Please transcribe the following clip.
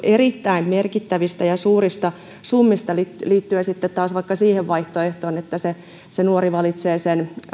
erittäin merkittävistä ja suurista summista verrattuna sitten taas vaikka siihen vaihtoehtoon että se se nuori valitsee sen